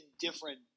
different